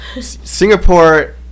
Singapore